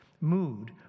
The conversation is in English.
mood